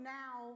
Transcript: now